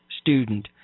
student